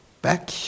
back